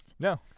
No